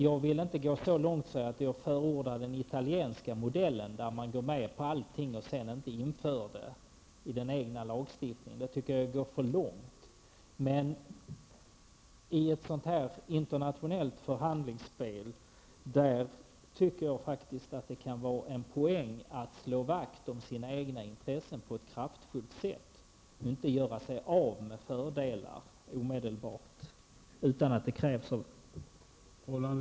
Jag vill inte gå så långt att jag förordar den italienska modellen, som innebär att man går med på allting och sedan inte inför det i den egna lagstiftningen -- det tycker jag är att gå för långt. Men i ett sådant här internationellt förhandlingsspel tycker jag faktiskt att det kan vara en poäng att på ett kraftfullt sätt slå vakt om sina egna intressen och inte omedelbart göra sig av med fördelar utan att det krävs av en.